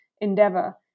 endeavor